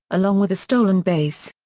along with a stolen base.